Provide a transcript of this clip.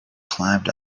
climbed